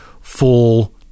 full